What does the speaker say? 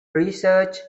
researched